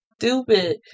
stupid